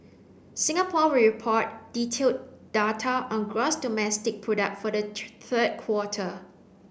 Singapore will report detailed data on gross domestic product for the third quarter